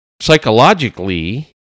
psychologically